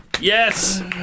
Yes